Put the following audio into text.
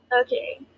Okay